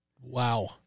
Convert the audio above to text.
Wow